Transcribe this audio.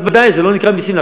אז בוודאי זה לא נקרא מסים.